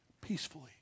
peacefully